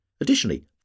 Additionally